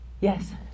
Yes